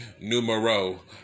numero